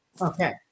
Okay